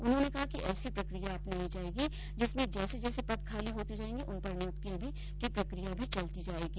उन्होंने कहा कि ऐसी प्रक्रिया अपनाई जायेगी जिसमें जैसे जैसे पद खाली होते जायेंगे उन पर नियुक्ति की प्रक्रिया चलती जायेगी